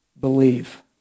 believe